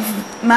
"עמותה".